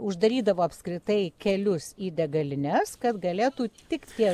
uždarydavo apskritai kelius į degalines kad galėtų tik tie